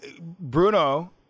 Bruno